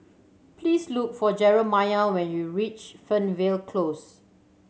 please look for Jeramiah when you reach Fernvale Close